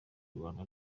rwanda